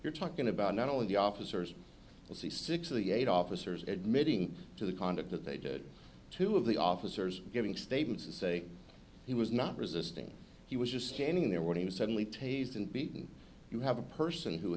you're talking about not only the officers will see six of the eight officers admitting to the conduct that they did two of the officers giving statements to say he was not resisting he was just standing there when he was suddenly tase and beaten you have a person who